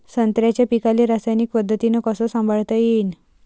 संत्र्याच्या पीकाले रासायनिक पद्धतीनं कस संभाळता येईन?